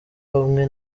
bamwe